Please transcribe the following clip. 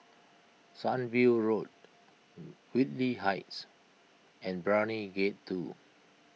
Sunview Road Whitley Heights and Brani Gate two